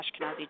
Ashkenazi